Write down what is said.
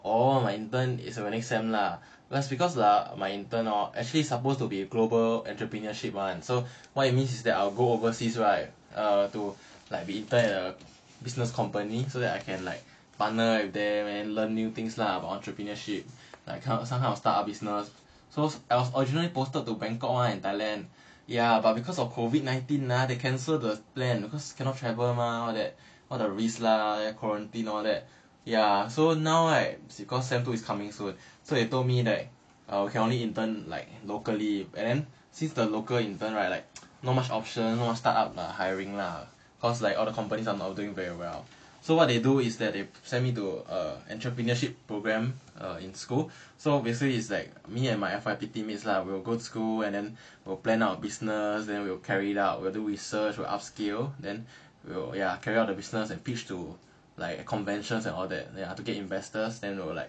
orh my intern is next sem lah because because my intern hor is actually supposed to be a global entrepreneurship [one] so what it mean I will go overseas right err to like be intern at a business company so that I can like partner with them and learn new things lah about entrepreneurship like some kind of uh somehow startup business so I was originally posted to bangkok [one] in thailand ya but because of COVID nineteen ah then they cancel the plan because cannot travel mah all the risk lah quarantine all that ya so now right cause sem two is coming soon so they told me uh can only intern locally so since the local intern right like not much options not much startup is hiring lah cause like all the companies are not doing very well so what they do is that they sent me to err entrepreneurship program err in school so basically it's like me and my F_Y_P teammates lah will go to school and we'll plan out a business then we'll carry out we'll do research we'll upscale then we'll carry on the business and pitch to like a conventions and all that and you have to get investors then we'll like